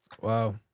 Wow